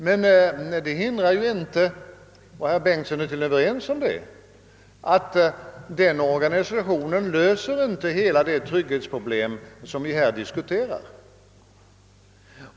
Men det hindrar inte — och herr Bengtsson är väl ense med mig om det — att den organisationen inte löser hela det trygghetsproblem som vi här diskuterar.